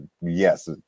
yes